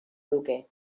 luke